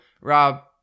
rob